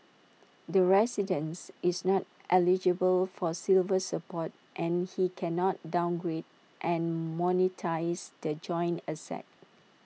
the residents is not eligible for silver support and he cannot downgrade and monetise the joint asset